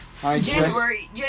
January